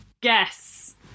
guess